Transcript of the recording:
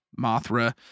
mothra